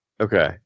Okay